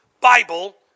Bible